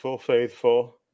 Faithful